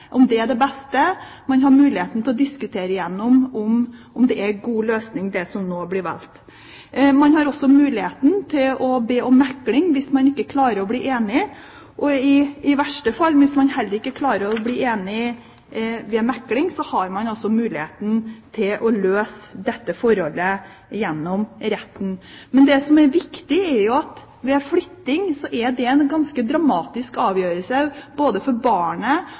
om det er det beste. Man har muligheten til å diskutere om det er en god løsning, det som nå blir valgt. Man har også mulighet til å be om mekling hvis man ikke klarer å bli enige, og i verste fall, hvis man heller ikke klarer å bli enige ved mekling, så har man altså muligheten til å løse dette forholdet gjennom retten. Det som er viktig, er at flytting er en ganske dramatisk avgjørelse for både barnet og for